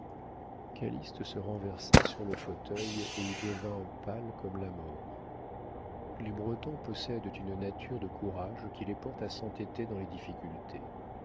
calyste se renversa sur le fauteuil et y devint pâle comme la mort les bretons possèdent une nature de courage qui les porte à s'entêter dans les difficultés